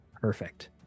Perfect